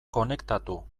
konektatu